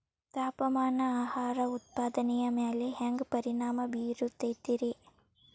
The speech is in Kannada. ತಾಪಮಾನ ಆಹಾರ ಉತ್ಪಾದನೆಯ ಮ್ಯಾಲೆ ಹ್ಯಾಂಗ ಪರಿಣಾಮ ಬೇರುತೈತ ರೇ?